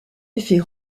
effet